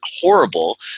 horrible